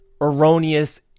erroneous